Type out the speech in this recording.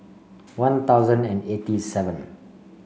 One Thousand and eighty seven